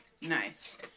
Nice